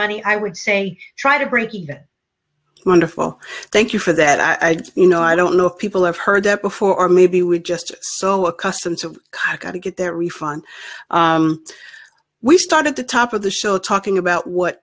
money i would say try to breakeven wonderful thank you for that you know i don't know if people have heard that before or maybe we're just so accustomed to kind of got to get their refund we start at the top of the show talking about what